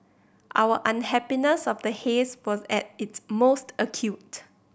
our unhappiness of the haze was at its most acute